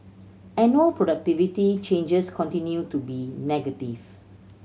annual productivity changes continue to be negative